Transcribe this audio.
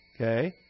Okay